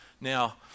Now